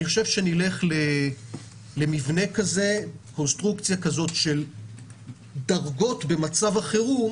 נלך למבנה של דרגות במצב החירום,